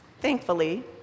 Thankfully